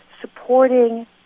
supporting